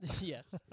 Yes